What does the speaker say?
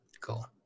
cool